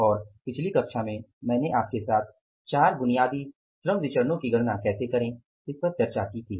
और पिछली कक्षा में मैंने आपके साथ चार बुनियादी श्रम विचरणो की गणना कैसे करें इस पर चर्चा की थी